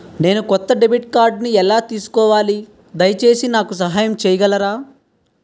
నేను కొత్త డెబిట్ కార్డ్ని ఎలా తీసుకోవాలి, దయచేసి నాకు సహాయం చేయగలరా?